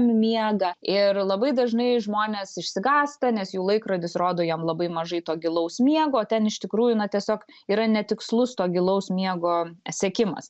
miegą ir labai dažnai žmonės išsigąsta nes jų laikrodis rodo jam labai mažai to gilaus miego o ten iš tikrųjų tiesiog yra netikslus to gilaus miego sekimas